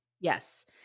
yes